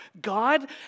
God